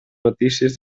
notícies